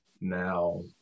now